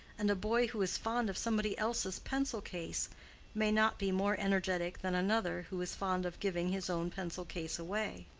and a boy who is fond of somebody else's pencil-case may not be more energetic than another who is fond of giving his own pencil-case away.